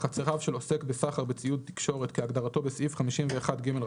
לחצריו של עוסק בסחר בציוד תקשורת כהגדרתו בסעיף 51ג";